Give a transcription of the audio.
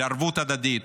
לערבות הדדית,